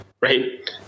right